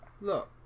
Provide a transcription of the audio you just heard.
Look